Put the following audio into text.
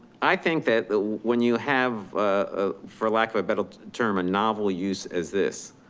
i think that when you have a, for lack of a better term, a novel use as this,